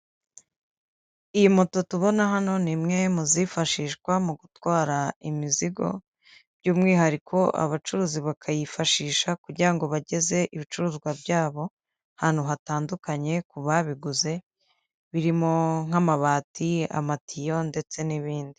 Iyi moto tubona hano ni imwe muzifashishwa mu gutwara imizigo, by'umwihariko abacuruzi bakayifashisha kugira ngo bageze ibicuruzwa byabo ahantu hatandukanye ku babiguze, birimo nk'amabati, amatiyo ndetse n'ibindi.